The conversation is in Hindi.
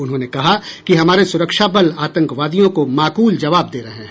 उन्होंने कहा कि हमारे सुरक्षा बल आतंकवादियों को माकूल जवाब दे रहे हैं